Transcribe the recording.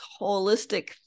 holistic